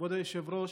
כבוד היושב-ראש,